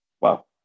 Wow